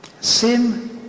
sin